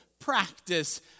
practice